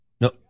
No